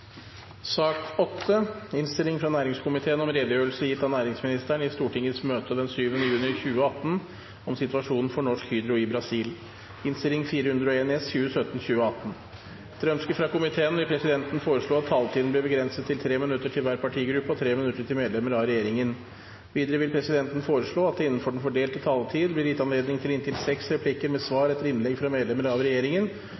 sak nr. 6. Etter ønske fra næringskomiteen vil presidenten foreslå at taletiden blir begrenset til 3 minutter til hver partigruppe og 3 minutter til medlemmer av regjeringen. Videre vil presidenten foreslå at det – innenfor den fordelte taletid – blir gitt anledning til inntil seks replikker med